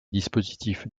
dispositifs